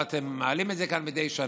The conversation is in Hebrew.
ואתם מעלים את זה כאן מדי שנה,